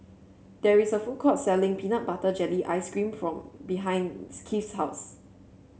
there is a food court selling Peanut Butter Jelly Ice cream from behind Keith's house